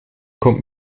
kommt